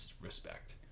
respect